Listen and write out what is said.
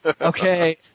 Okay